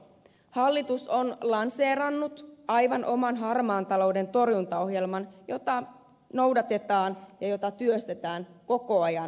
hallitus on lanseerannut aivan oman harmaan talouden torjuntaohjelman jota noudatetaan ja jota työstetään koko ajan eteenpäin